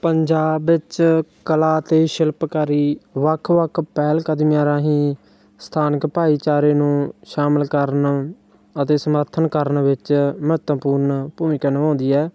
ਪੰਜਾਬ ਵਿੱਚ ਕਲਾ ਅਤੇ ਸ਼ਿਲਪਕਾਰੀ ਵੱਖ ਵੱਖ ਪਹਿਲ ਕਦਮੀਆਂ ਰਾਹੀਂ ਸਥਾਨਕ ਭਾਈਚਾਰੇ ਨੂੰ ਸ਼ਾਮਿਲ ਕਰਨ ਅਤੇ ਸਮਰਥਨ ਕਰਨ ਵਿੱਚ ਮਹੱਤਵਪੂਰਨ ਭੂਮਿਕਾ ਨਿਭਾਉਂਦੀ ਹੈ